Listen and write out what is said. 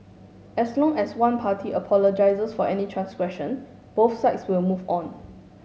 as long as one party apologises for any transgression both sides will move on